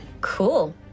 Cool